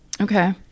Okay